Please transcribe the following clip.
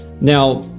Now